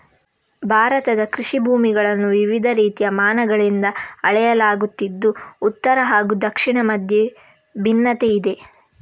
ಭಾರತದ ಕೃಷಿ ಭೂಮಿಗಳನ್ನು ವಿವಿಧ ರೀತಿಯ ಮಾನಗಳಿಂದ ಅಳೆಯಲಾಗುತ್ತಿದ್ದು ಉತ್ತರ ಹಾಗೂ ದಕ್ಷಿಣದ ಮಧ್ಯೆ ಭಿನ್ನತೆಯಿದೆ